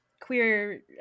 queer